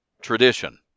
tradition